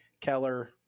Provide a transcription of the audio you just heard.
Keller